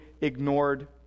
ignored